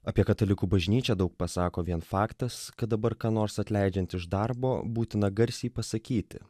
apie katalikų bažnyčią daug pasako vien faktas kad dabar ką nors atleidžiant iš darbo būtina garsiai pasakyti